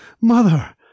Mother